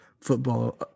football